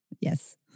Yes